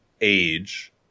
age